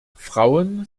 frauen